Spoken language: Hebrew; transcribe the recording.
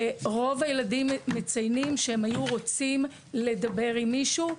ורוב הילדים מציינים שהם היו רוצים לדבר עם מישהו,